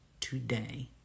today